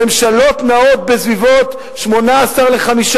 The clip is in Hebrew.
"ממשלות נעות בסביבות ה-18 או ה-15,